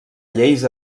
lleis